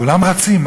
כולם רצים.